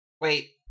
Wait